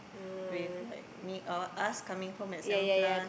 with like me or us coming home at seven plus